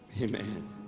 Amen